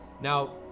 Now